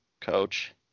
coach